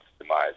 demise